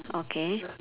okay